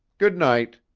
good-night.